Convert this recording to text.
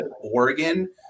Oregon